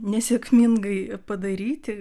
nesėkmingai padaryti